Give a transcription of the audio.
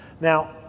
Now